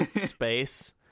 space